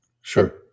sure